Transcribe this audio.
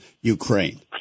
Ukraine